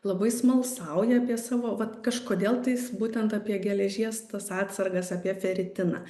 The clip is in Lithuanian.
labai smalsauja apie savo va kažkodėl tais būtent apie geležies tas atsargas apie feritiną